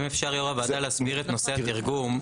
אם אפשר להסביר את נושא התרגום.